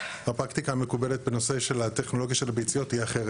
הפרקטיקה המקובלת בנושא של הטכנולוגיה של הביציות תהיה אחרת.